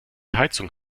heizung